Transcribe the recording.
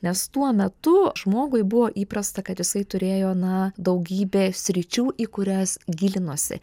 nes tuo metu žmogui buvo įprasta kad jisai turėjo na daugybė sričių į kurias gilinosi